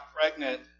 pregnant